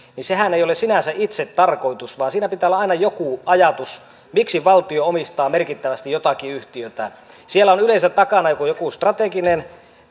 niin sehän ei ole sinänsä itsetarkoitus vaan siinä pitää olla aina joku ajatus miksi valtio omistaa merkittävästi jotakin yhtiötä siellä on yleensä takana joku joku strateginen